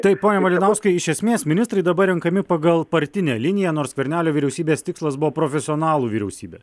taip pone malinauskai iš esmės ministrai dabar renkami pagal partinę liniją nors skvernelio vyriausybės tikslas buvo profesionalų vyriausybė